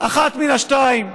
אחת מן השתיים: